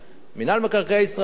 מינהל מקרקעי ישראל,